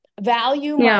value